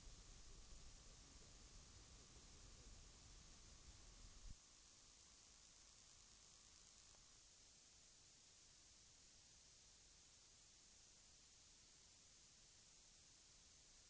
Detta är motivet till att vi anser att reservationen t. v. bör var kvar. Av det skälet avstyrks det moderata yrkandet. Jag yrkar bifall till utskottets förslag.